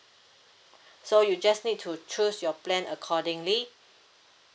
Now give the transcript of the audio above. so you just need to choose your plan accordingly